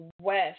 west